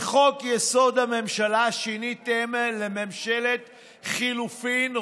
את חוק-יסוד: הממשלה שיניתם לממשלת חילופים,